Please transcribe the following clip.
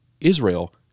Israel